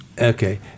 Okay